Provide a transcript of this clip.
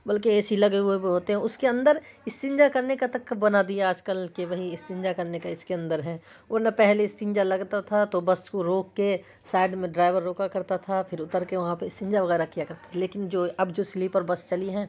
بلکہ A C لگے ہوئے بھی ہوتے ہیں اس کے اندر استنجا کرنے کا تک بنا دیا آج کل کہ بھئی استنجا کرنے کا اس کے اندر ہے ورنہ پہلے استنجا لگتا تھا تو بس کو روک کے سائیڈ میں ڈرائیور روکا کرتا تھا پھر اتر کے وہاں پہ استنجا وغیرہ کیا کرتے تھے لیکن جو اب جو سلیپر بس چلی ہیں